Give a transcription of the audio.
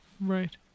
right